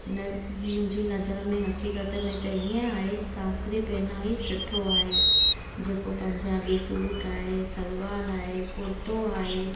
मुंहिंजी नज़र में हक़ीकत में त हीअं आहे सांस्कृतिक पहनावो ई सुठो आहे जेको पंजाबी सूट आहे सलवार आहे कुर्तो आहे